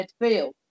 midfield